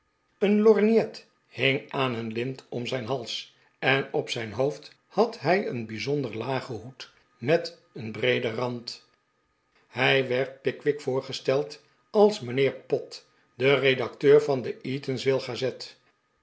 een lorgnet hing aan een lint om zijn hals en op zijn hoofd had hij een bijzonder lagen hoed met een breeden rand hij werd pickwick voorgesteld als mijnheer pott de redacteur der eatanswill gazette